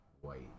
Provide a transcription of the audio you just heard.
White